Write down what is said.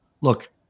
look